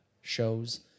shows